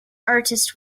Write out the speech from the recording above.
artist